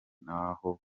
n’aho